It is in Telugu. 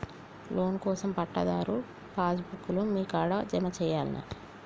లోన్ కోసం పట్టాదారు పాస్ బుక్కు లు మీ కాడా జమ చేయల్నా?